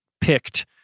picked